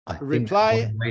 reply